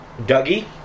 Dougie